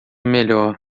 melhor